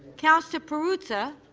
councillor perruzza.